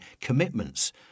commitments